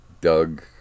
Doug